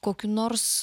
kokių nors